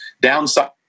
downside